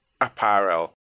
apparel